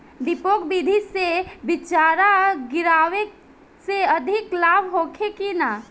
डेपोक विधि से बिचड़ा गिरावे से अधिक लाभ होखे की न?